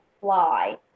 fly